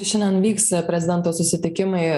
šiandien vyksta prezidento susitikimai